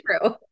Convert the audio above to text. true